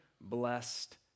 blessed